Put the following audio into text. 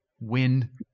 win